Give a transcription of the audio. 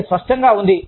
ఇది స్పష్టంగా ఉంది